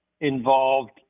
involved